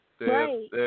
Right